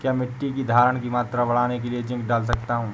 क्या मिट्टी की धरण की मात्रा बढ़ाने के लिए जिंक डाल सकता हूँ?